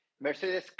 Mercedes